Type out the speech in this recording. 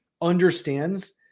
understands